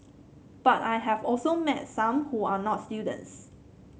but I have also met some who are not students